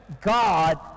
god